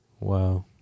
wow